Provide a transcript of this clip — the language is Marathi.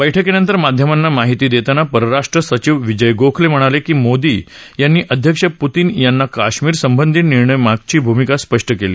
बैठकीनंतर माध्यमांना माहिती देताना परराष्ट्र सचिव विजय गोखले म्हणाले की मोदी यांनी अध्यक्ष पुतीन यांना काश्मीरसंबंधी निर्णयामागची भुमिका स्पष्ट केली